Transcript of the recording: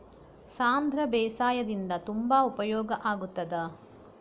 ಸಾಂಧ್ರ ಬೇಸಾಯದಿಂದ ತುಂಬಾ ಉಪಯೋಗ ಆಗುತ್ತದಾ?